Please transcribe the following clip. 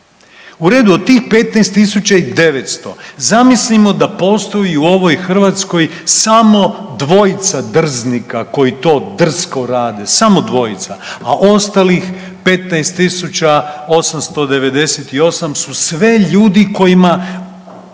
U redu od tih 15.900 zamislimo da postoji u ovoj Hrvatskoj samo dvojica drznika koji to drsko rade, samo dvojica, a ostalih 15.898 sve ljudi kojima